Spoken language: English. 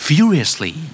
Furiously